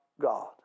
God